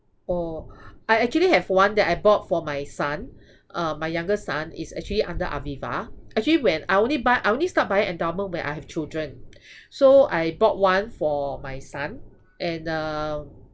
orh I actually have one that I bought for my son uh my younger son is actually under aviva actually when I only buy I only start buying endowment when I have children so I bought one for my son and uh